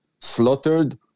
slaughtered